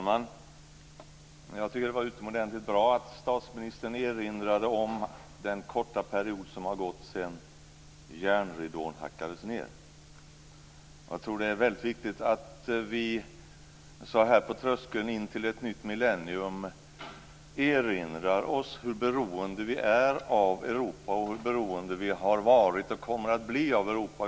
Herr talman! Jag tycker att det var utomordentligt bra att statsministern erinrade om den korta period som gått sedan järnridån hackades ned. Jag tror att det är väldigt viktigt att vi så här på tröskeln till ett nytt millennium erinrar oss hur beroende vi är, har varit och kommer att bli av Europa.